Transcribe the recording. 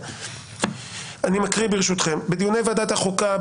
אני מקריא ברשותכם: בדיוני ועדת החוקה,